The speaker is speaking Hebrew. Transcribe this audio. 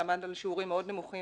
שעמד על שיעורים מאוד נמוכים,